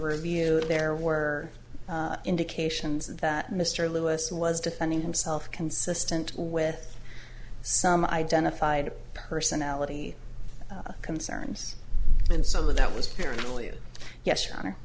review there were indications that mr lewis was defending himself consistent with some identified personality concerns and so that was paranoia yes